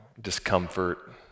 discomfort